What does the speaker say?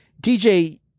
DJ